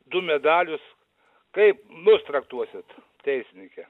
du medalius kaip mus traktuosit teisinyke